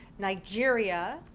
nigeria,